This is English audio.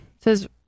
says